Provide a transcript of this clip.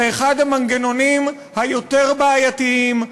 זה אחד המנגנונים היותר-בעייתיים,